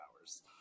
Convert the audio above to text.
hours